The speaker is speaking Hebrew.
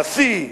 נשיא,